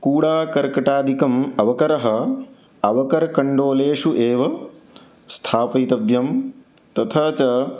कूडा कर्कटादिकम् अवकरः अवकरकण्डोलेषु एव स्थापयितव्यं तथा च